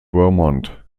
vermont